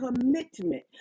commitment